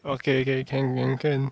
okay okay um can can